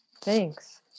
Thanks